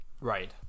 right